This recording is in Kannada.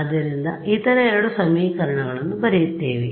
ಆದ್ದರಿಂದ ಇತರ ಎರಡು ಸಮೀಕರಣಗಳನ್ನು ಬರೆಯುತ್ತೇನೆ